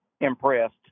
impressed